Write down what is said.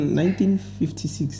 1956